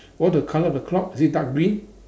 what the colour of the clock is it dark green